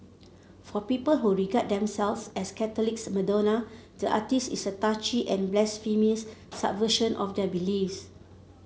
for people who regard themselves as Catholics Madonna the artiste is a touchy and blasphemous subversion of their beliefs